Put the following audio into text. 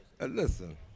listen